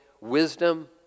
wisdom